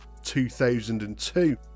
2002